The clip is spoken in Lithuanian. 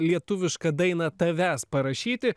lietuvišką dainą tavęs parašyti